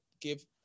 give